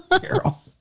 Carol